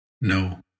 No